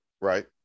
Right